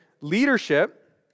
leadership